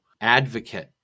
Advocate